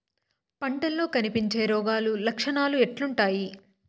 పంటల్లో కనిపించే రోగాలు లక్షణాలు ఎట్లుంటాయి?